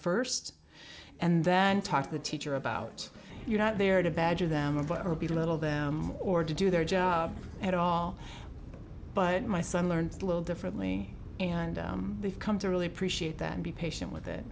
first and then talk to the teacher about you're not there to badger them of what will be little them or to do their job at all but my son learns little differently and they've come to really appreciate that and be patient with it